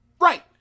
Right